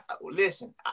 listen